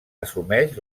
assumeix